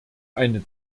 eine